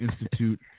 institute